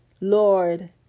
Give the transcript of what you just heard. Lord